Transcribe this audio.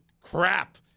crap